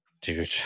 dude